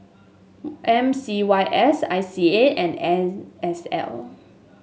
M C Y S I C A and N S L